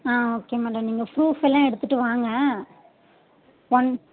ஆ okay madam நீங்கள் ப்ரூஃப்பெல்லாம் எடுத்துகிட்டு வாங்க ஒன்